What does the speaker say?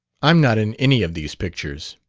i'm not in any of these pictures.